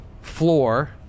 floor